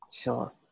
Sure